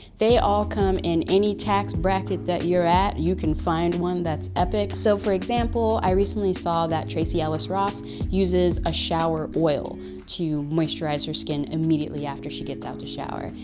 they all come in any tax bracket that you're at, you can find one that's epic. so, for example, i recently saw that tracee ellis ross uses a shower oil to moisturize her skin immediately after she gets out of shower.